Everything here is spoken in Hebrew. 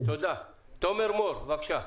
תומר מור בבקשה.